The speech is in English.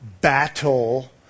battle